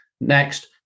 Next